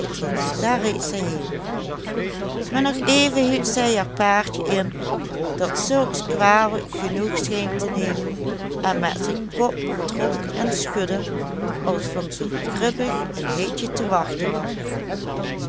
maar nog even hield zij haar paardjen in dat zulks kwalijk genoeg scheen te nemen en met zijn kop trok en schudde als van zoo kribbig een hitje te wachten was